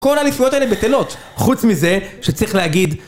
כל האליפויות האלה בטלות, חוץ מזה שצריך להגיד